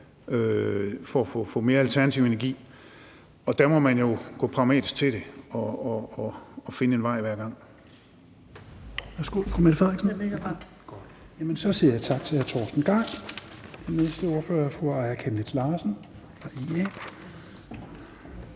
for at få mere alternativ energi? Og der må man jo gå pragmatisk til det og finde en vej hver gang.